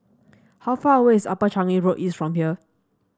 how far away is Upper Changi Road East from here